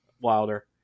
wilder